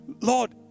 Lord